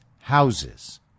houses